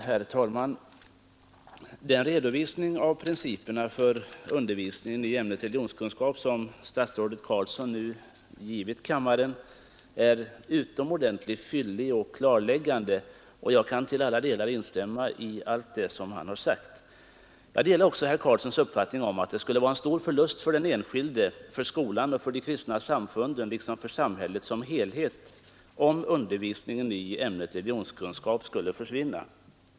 Herr talman! Den redovisning av principerna för undervisningen i ämnet religionskunskap som statsrådet Carlsson nu givit kammaren är utomordentligt fyllig och klarläggande, och jag kan till alla delar instämma i vad han har sagt. Jag delar också herr Carlssons uppfattning att det skulle vara en stor förlust för den enskilde, för skolan och för de kristna samfunden liksom för samhället som helhet, om undervisningen i ämnet religionskunskap skulle försvinna.